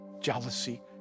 jealousy